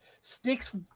sticks